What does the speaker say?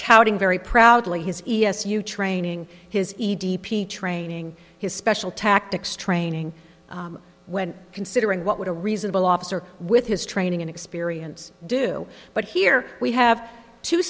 touting very proudly his e s u training his e d p training his special tactics training when considering what would a reasonable officer with his training and experience do but here we have two